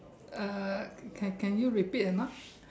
uh can can you repeat or not